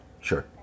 Sure